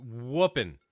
whooping